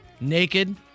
naked